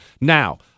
Now